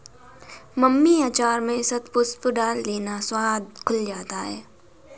mummy अचार में शतपुष्प डाल देना, स्वाद खुल जाता है